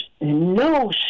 no